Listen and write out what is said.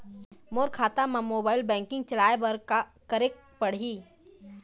मोर खाता मा mobile banking चलाए बर का करेक पड़ही?